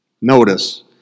Notice